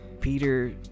Peter